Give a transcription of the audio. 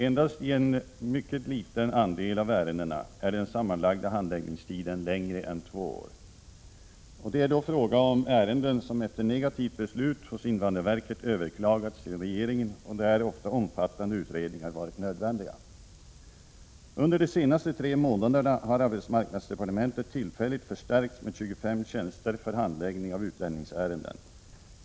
Endast i en mycket liten andel av ärendena är den sammanlagda handläggningstiden längre än två år. Det är då fråga om ärenden som efter negativt beslut hos invandrarverket överklagats till regeringen och där ofta omfattande utredningar varit nödvändiga. Under de senaste tre månaderna har arbetsmarknadsdepartementet tillfälligt förstärkts med 25 tjänster för handläggning av utlänningsärenden.